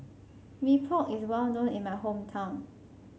Mee Pok is well known in my hometown